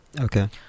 Okay